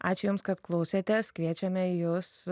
ačiū jums kad klausėtės kviečiame jus